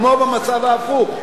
כמו במצב ההפוך,